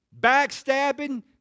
backstabbing